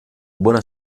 buona